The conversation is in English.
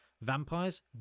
Vampires